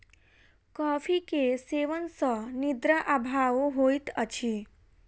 coffee के सेवन सॅ निद्रा अभाव होइत अछि